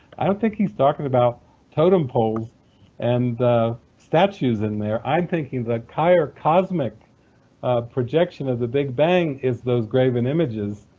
i don't think he's talking about totem poles and statues in there i think the entire cosmic projection of the big bang is those graven images.